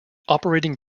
operating